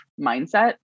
mindset